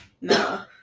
No